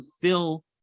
fill